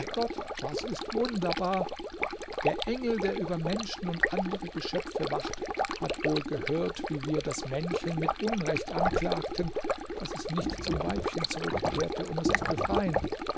das ist wunderbar der engel der über menschen und andere geschöpfe wacht hat wohl gehört wie wir das männchen mit unrecht anklagten daß es nicht zum weibchen zurückkehrte um es zu befreien